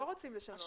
לא רוצים לשנות.